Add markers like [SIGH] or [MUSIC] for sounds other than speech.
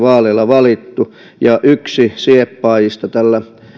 [UNINTELLIGIBLE] vaaleilla valittu yksi sieppaajista tällä